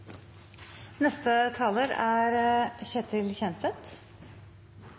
Neste talar er